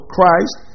Christ